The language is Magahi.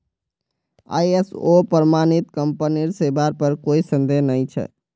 आई.एस.ओ प्रमाणित कंपनीर सेवार पर कोई संदेह नइ छ